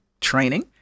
training